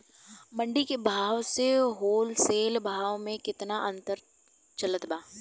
मंडी के भाव से होलसेल भाव मे केतना के अंतर चलत बा?